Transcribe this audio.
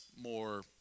more